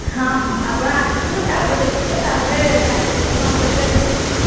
ହଁ ହଁ ଆପଣ ଆସନ୍ତୁ ଚାଉଳ ଦେଖିବେ ତା'ପରେ କାଟିବେ କି କ'ଣ କରିବା ଦେଖିବାନି